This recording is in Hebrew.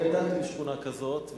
אתה גדלת בשכונה כזאת, נכון?